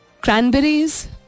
Cranberries